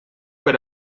per